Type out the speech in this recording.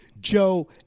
Joe